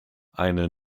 eine